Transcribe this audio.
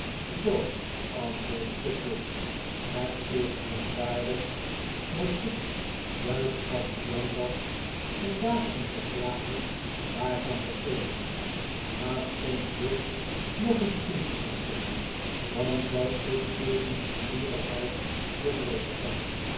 zoo antwoordde pickwick het is merkwaardig dat ik juist van plan was yandaag een verklaring daarvan te geven laat ons dus nog eens inschenken dan zal ik uw nieuwsgierigheid bevredigen